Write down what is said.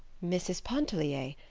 mrs. pontellier!